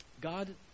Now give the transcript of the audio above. God